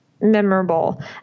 memorable